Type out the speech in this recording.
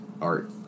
art